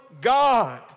God